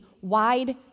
wide